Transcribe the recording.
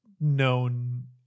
known